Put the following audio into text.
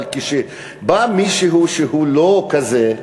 אבל כשבא מישהו שהוא לא כזה,